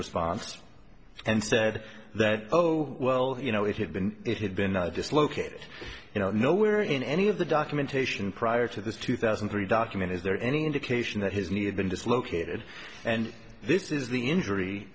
response and said that oh well you know it had been it had been dislocated you know no where in any of the documentation prior to this two thousand and three document is there any indication that his need been dislocated and this is the injury